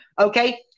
okay